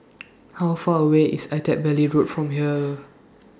How Far away IS Attap Valley Road from here